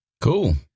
Cool